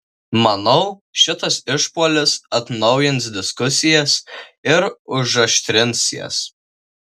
manau šitas išpuolis atnaujins diskusijas ir užaštrins jas